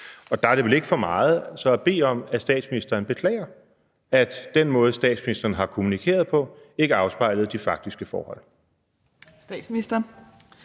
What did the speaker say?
Der er det vel ikke for meget så at bede om, at statsministeren beklager, at den måde, statsministeren har kommunikeret på, ikke afspejlede de faktiske forhold.